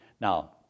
Now